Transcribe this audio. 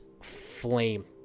flame